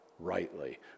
rightly